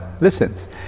listens